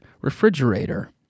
refrigerator